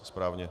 Správně.